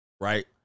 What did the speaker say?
Right